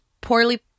poorly